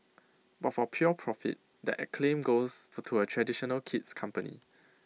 but for pure profit that acclaim goes for to A traditional kid's company